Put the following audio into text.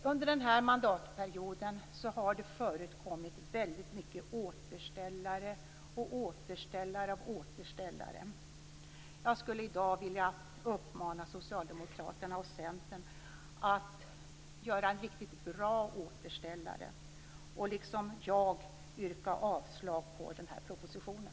Under den här mandatperioden har det förekommit väldigt mycket av återställare och återställare av återställare. Jag skulle i dag vilja uppmana Socialdemokraterna och Centern att göra en riktigt bra återställare genom att liksom jag yrka avslag på den här propositionen.